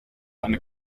eine